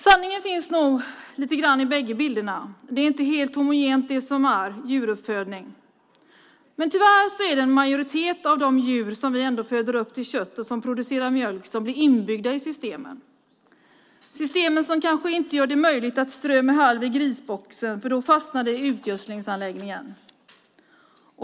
Sanningen finns nog lite grann i bägge bilderna. Djuruppfödningen är inte helt homogen. Men tyvärr blir en majoritet av de djur som vi föder upp till kött och som producerar mjölk inbyggda i systemen. Det är system som kanske inte gör det möjligt att strö med halm i grisboxen, eftersom det fastnar i utgödslingsanläggningen.